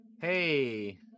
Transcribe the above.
hey